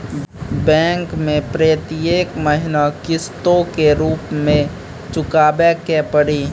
Bank मैं प्रेतियेक महीना किस्तो के रूप मे चुकाबै के पड़ी?